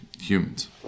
humans